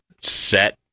set